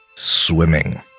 Swimming